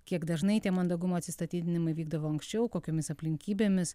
kiek dažnai tie mandagumo atsistatydinimai vykdavo anksčiau kokiomis aplinkybėmis